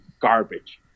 garbage